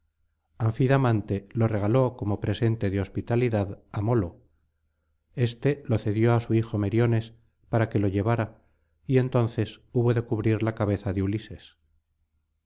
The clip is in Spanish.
anfidamante lo regaló como presente de hospitalidad á molo éste lo cedió á su hijo meriones para que lo llevara y entonces hubo de cubrir la cabeza de ulises